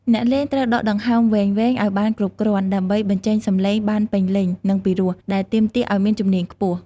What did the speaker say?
អ្នកលេងត្រូវដកដង្ហើមវែងៗ ឱ្យបានគ្រប់គ្រាន់ ដើម្បីបញ្ចេញសំឡេងបានពេញលេញ និងពីរោះ ដែលទាមទារឲ្យមានជំនាញខ្ពស់។